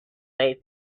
way